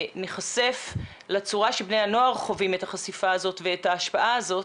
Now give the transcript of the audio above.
ניחשף לצורה שבני הנוער חווים את החשיפה הזאת ואת ההשפעה הזאת,